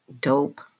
dope